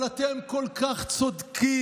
אבל אתם כל כך צודקים,